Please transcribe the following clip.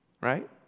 right